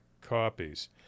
copies